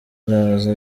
araza